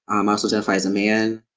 um also identify as a man,